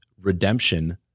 redemption